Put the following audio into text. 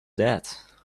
that